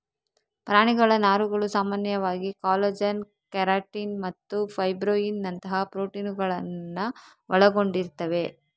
ಪ್ರಾಣಿಗಳ ನಾರುಗಳು ಸಾಮಾನ್ಯವಾಗಿ ಕಾಲಜನ್, ಕೆರಾಟಿನ್ ಮತ್ತು ಫೈಬ್ರೋಯಿನ್ ನಂತಹ ಪ್ರೋಟೀನುಗಳನ್ನ ಒಳಗೊಂಡಿರ್ತವೆ